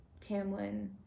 Tamlin